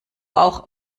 auch